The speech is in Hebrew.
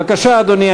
בבקשה, אדוני.